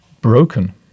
Broken